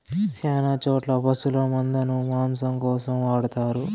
శ్యాన చోట్ల పశుల మందను మాంసం కోసం వాడతారు